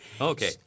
Okay